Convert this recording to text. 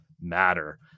matter